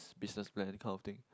business plan kind of thing